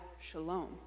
shalom